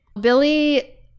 Billy